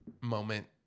moment